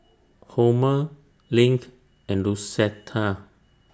Homer LINK and Lucetta